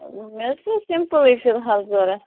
مےٚ حظ چھِ سِمپُلٕے فِلحال ضروٗرت